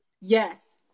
Yes